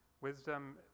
wisdom